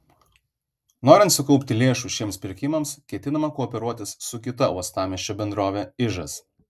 norint sukaupti lėšų šiems pirkimams ketinama kooperuotis su kita uostamiesčio bendrove ižas